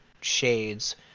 shades